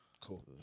cool